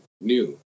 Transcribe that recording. new